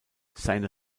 seine